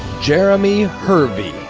jeremy hervey.